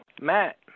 Matt